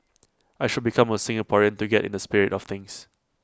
I should become A Singaporean to get in the spirit of things